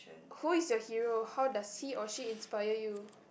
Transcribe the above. who is your hero how does he or she inspire you